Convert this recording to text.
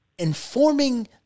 Informing